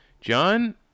John